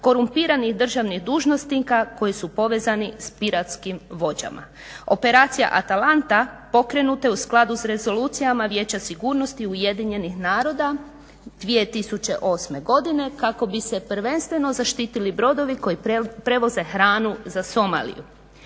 korumpiranih državnih dužnosnika koji su povezani s piratskim vođama. Operacija Atalanta pokrenuta je u skladu sa rezolucijama Vijeća sigurnosti UN-a 2008.godine kako bi se prvenstveno zaštitili brodovi koji prevoze hranu za Somaliju.